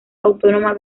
autónoma